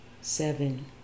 Seven